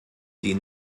die